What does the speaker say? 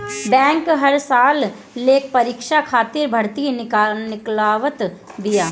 bank हर साल लेखापरीक्षक खातिर भर्ती निकालत बिया